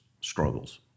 struggles